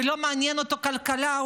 ולא מעניינת אותו הכלכלה,